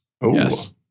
Yes